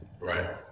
Right